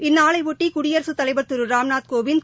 இந்நாளைபொட்டி குடியரசு தலைவர் திரு ராம்நாத் கோவிந்த்